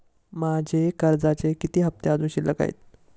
माझे कर्जाचे किती हफ्ते अजुन शिल्लक आहेत?